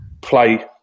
play